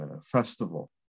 festival